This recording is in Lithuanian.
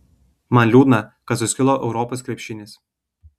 man liūdna kad suskilo europos krepšinis